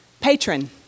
patron